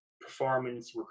performance